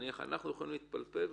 אנחנו יכולים להתפלפל ולהגיד: